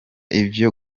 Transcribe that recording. ivyo